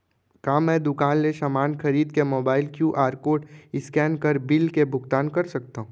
का मैं दुकान ले समान खरीद के मोबाइल क्यू.आर कोड स्कैन कर बिल के भुगतान कर सकथव?